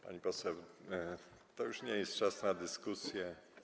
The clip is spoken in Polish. Pani poseł, to już nie jest czas na dyskusję.